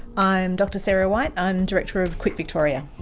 i'm dr sarah white, i'm director of quit victoria.